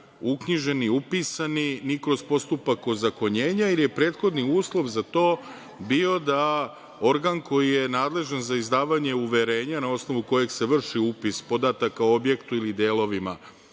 uknjiženi, upisani ni kroz postupak ozakonjenja, jer je prethodni uslov za to bio da organ koji je nadležan za izdavanje uverenja, na osnovu kojeg se vrši upis podataka o objektu ili delovima